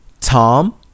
Tom